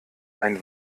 ein